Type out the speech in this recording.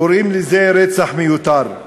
קוראים לזה רצח מיותר.